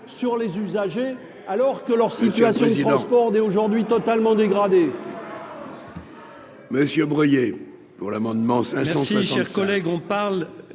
sur les usagers alors que la situation dans les transports est aujourd'hui totalement dégradée.